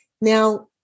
Now